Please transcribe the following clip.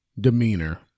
demeanor